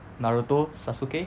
naruto sasuke